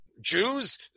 Jews